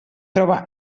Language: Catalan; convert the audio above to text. troba